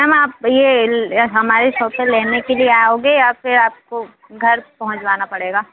ma'am आप ये हमारे शॉप पर लेने के लिए आओगे या फिर आपको घर पहुंचवाना पड़ेगा